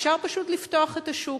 אפשר פשוט לפתוח את השוק,